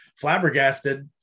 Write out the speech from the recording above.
flabbergasted